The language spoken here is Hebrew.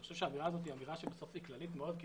אני חושב שהאמירה הזאת היא אמירה כללית מאוד כי